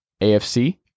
AFC